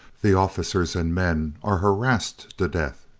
the officers and men are harassed to death,